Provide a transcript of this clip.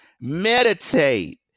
Meditate